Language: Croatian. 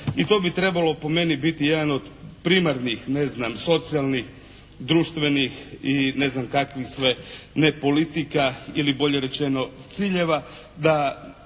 I to bi trebalo po meni biti jedan od primarnih ne znam, socijalnih, društvenih i ne znam kakvih sve ne politika ili bolje rečeno ciljeva, da